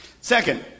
Second